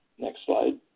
next slide.